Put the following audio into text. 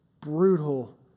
brutal